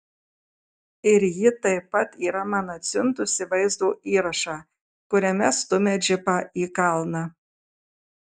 ir ji taip pat yra man atsiuntusi vaizdo įrašą kuriame stumia džipą į kalną